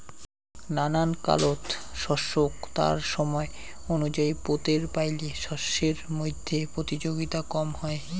নানান কালত শস্যক তার সমায় অনুযায়ী পোতের পাইলে শস্যর মইধ্যে প্রতিযোগিতা কম হয়